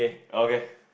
okay